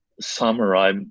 samurai